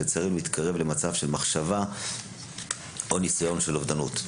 שלצערנו התקרב למצב של מחשבה או ניסיון אובדנות.